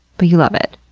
but you love it.